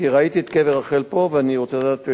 כי ראיתי את קבר רחל פה ואני רוצה לדעת,